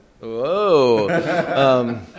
whoa